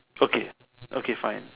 okay okay fine